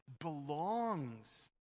belongs